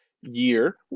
year